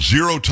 Zero